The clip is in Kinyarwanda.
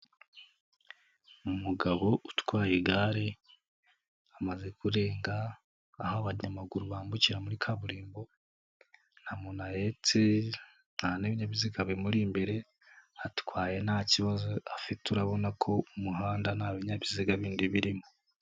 Umugabo utwaye igare amaze kurenga aho abanyamaguru bambukira muri kaburimbo nta muntu ahetse nta n'ibinyabiziga bimuri imbere, atwaye nta kibazo afite urabona ko umuhanda nta binyabiziga bindi birimo.